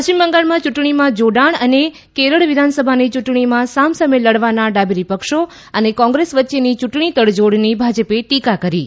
પશ્ચિમ બંગાળની ચુંટણીમાં જોડાણ અને કેરળ વિધાનસભાની ચૂંટણીમાં સામસામે લડવાના ડાબેરીપક્ષો અને કોંગ્રેસ વચ્ચેની યુંટણી તડજોડની ભાજપે ટીકા કરી છે